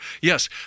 Yes